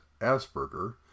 Asperger